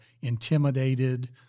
intimidated